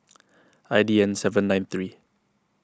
I D N seven nine three